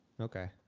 Okay